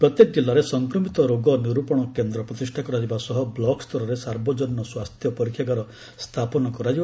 ପ୍ରତ୍ୟେକ ଜିଲ୍ଲାରେ ସଂକ୍ରମିତ ରୋଗ ନିରୂପଣ କେନ୍ଦ୍ର ପ୍ରତିଷ୍ଠା କରାଯିବା ସହ ବ୍ଲକସ୍ତରରେ ସାର୍ବଜନୀନ ସ୍ୱାସ୍ଥ୍ୟ ପରୀକ୍ଷାଗାର ସ୍ଥାପନ କରାଯିବ